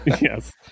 Yes